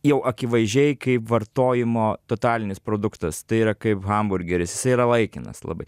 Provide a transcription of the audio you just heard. jau akivaizdžiai kaip vartojimo totalinis produktas tai yra kaip hamburgeris jisai yra laikinas labai